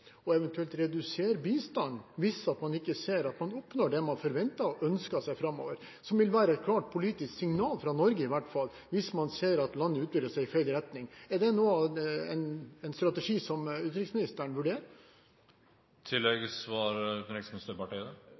eventuelt å redusere bistanden hvis man ikke ser at man oppnår det man forventer og ønsker seg framover? Det vil være et klart politisk signal fra Norge, i hvert fall, hvis man ser at landet utvikler seg i feil retning. Er det en strategi som utenriksministeren vurderer?